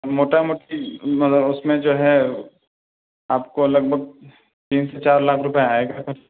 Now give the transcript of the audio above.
موٹا موٹی مگر اس میں جو ہے آپ کو لگ بھگ تین سے چار لاکھ روپے آئے گا خرچ